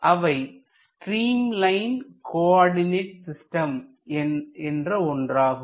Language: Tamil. அவை ஸ்ட்ரீம் லைன் கோஆர்டினேட் சிஸ்டம் என்ற ஒன்றாகும்